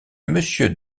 monsieur